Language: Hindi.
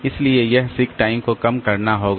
इसलिए इस सीक टाइम को कम करना होगा